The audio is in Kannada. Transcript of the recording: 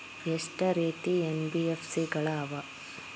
ಎಷ್ಟ ರೇತಿ ಎನ್.ಬಿ.ಎಫ್.ಸಿ ಗಳ ಅವ?